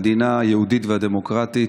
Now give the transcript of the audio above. המדינה היהודית והדמוקרטית.